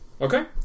Okay